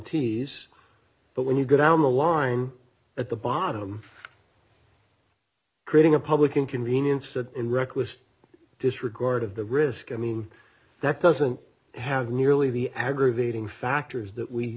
mts but when you go down the line at the bottom creating a public inconvenience and reckless disregard of the risk i mean that doesn't have nearly the aggravating factors that we